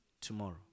tomorrow